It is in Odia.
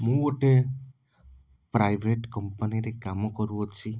ମୁଁ ଗୋଟେ ପ୍ରାଇଭେଟ୍ କମ୍ପାନୀରେ କାମ କରୁଅଛି